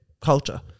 culture